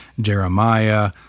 Jeremiah